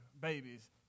babies